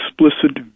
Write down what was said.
explicit